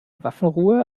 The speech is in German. waffenruhe